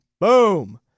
boom